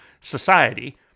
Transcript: society